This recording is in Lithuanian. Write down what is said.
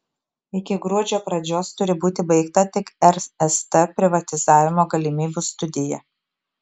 iki gruodžio pradžios turi būti baigta tik rst privatizavimo galimybių studija